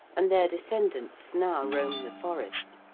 and their descendants now roam the forest.